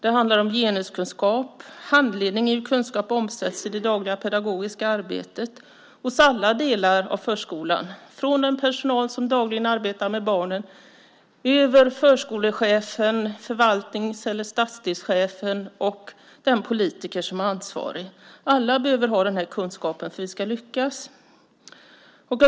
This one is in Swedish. Det handlar om genuskunskap och handledning i hur kunskap omsätts i det dagliga pedagogiska arbetet hos alla delar av förskolan, från den personal som dagligen arbetar med barnen, förskolechefen, förvaltnings eller stadsdelschefen till den politiker som är ansvarig. Alla behöver ha denna kunskap för att vi ska lyckas.